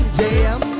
jail